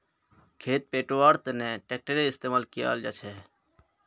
खेत पैटव्वार तनों ट्रेक्टरेर इस्तेमाल कराल जाछेक